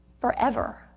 forever